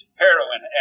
heroin